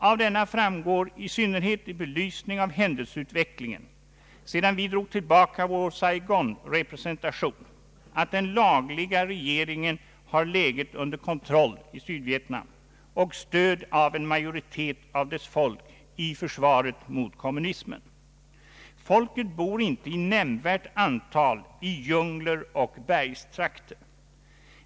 Av denna framgår, i synnerhet i belysning av händelseutvecklingen sedan vi drog tillbaka vår Saigonrepresentation, att den lagliga regeringen har läget under kontroll i Sydvietnam och stöd av en majoritet av dess folk i försvaret mot kommunismen. Folket bor inte i nämnvärt antal i djungler och bergstrakter.